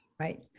Right